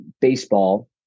baseball